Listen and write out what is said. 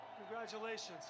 Congratulations